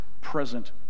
present